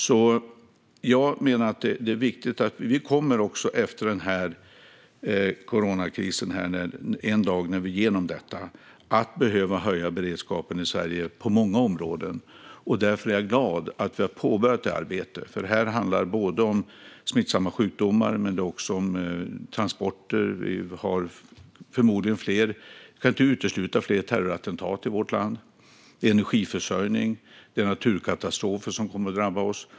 En dag, efter att vi kommit igenom coronakrisen, kommer vi att behöva höja beredskapen i Sverige på många områden. Jag är därför glad att vi har påbörjat detta arbete. Det handlar både om smittsamma sjukdomar och om transporter. Vi kan inte utesluta att det blir fler terroristattentat i vårt land. Vi har energiförsörjningen. Naturkatastrofer kommer att drabba oss.